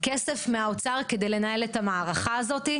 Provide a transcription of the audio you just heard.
כסף מהאוצר כדי לנהל את המערכה הזאת.